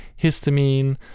histamine